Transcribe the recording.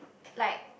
like